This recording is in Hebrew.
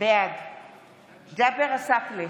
בעד ג'אבר עסאקלה,